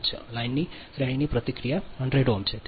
લાઇનની શ્રેણીની પ્રતિક્રિયા 100 છે